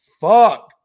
fuck